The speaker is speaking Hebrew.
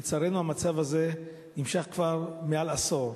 לצערנו, המצב הזה נמשך כבר יותר מעשור.